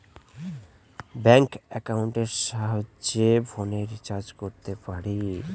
bank একাউন্টের সাহায্যে ফোনের রিচার্জ করতে পারি